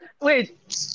Wait